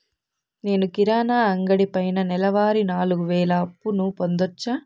నేను కిరాణా అంగడి పైన నెలవారి నాలుగు వేలు అప్పును పొందొచ్చా?